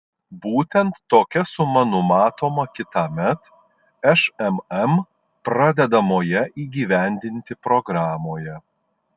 būtent tokia suma numatoma kitąmet šmm pradedamoje įgyvendinti programoje